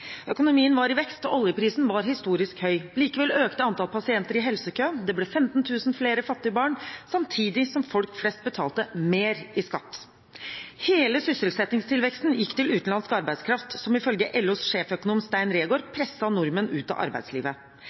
Økonomien var i vekst, og oljeprisen var historisk høy. Likevel økte antall pasienter i helsekø, det ble 15 000 flere fattige barn, samtidig som folk flest betalte mer i skatt. Hele sysselsettingstilveksten gikk til utenlandsk arbeidskraft, noe som ifølge LOs sjefsøkonom Stein Reegård presset nordmenn ut av arbeidslivet.